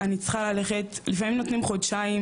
אני צריכה ללכת, לפעמים נותנים חודשיים,